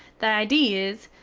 the idee is,